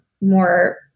more